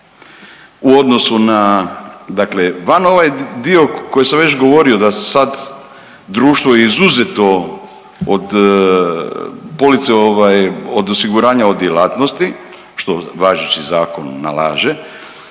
u odnosu na dakle van ovaj dio koji sam već govorio da je sad društvo izuzeto od police od osiguranja od djelatnosti, što važeći zakon nalaže,